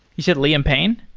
you said liam payne?